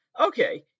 Okay